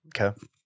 okay